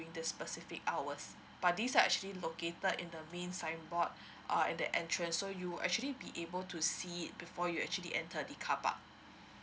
the specific hours but these are actually located in the main signboard or at the entrance so you will actually be able to see it before you actually enter the car park